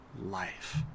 life